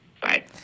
Bye